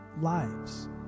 lives